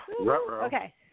Okay